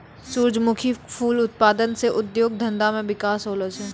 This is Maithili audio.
सुरजमुखी फूल उत्पादन से उद्योग धंधा मे बिकास होलो छै